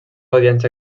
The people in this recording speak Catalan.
audiència